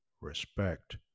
Respect